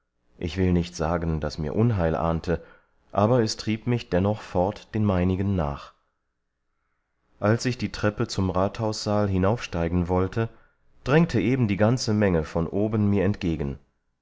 ich will nicht sagen daß mir unheil ahnte aber es trieb mich dennoch fort den meinigen nach als ich die treppe zum rathaussaal hinaufsteigen wollte drängte eben die ganze menge von oben mir entgegen